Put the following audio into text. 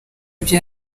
ibyo